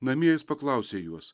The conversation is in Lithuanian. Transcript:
namie jis paklausė juos